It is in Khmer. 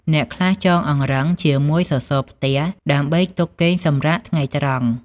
អ្នកខ្លះចងអង្រឹងជាមួយសសរផ្ទះ ដើម្បីទុកគេងសម្រាកថ្ងៃត្រង់។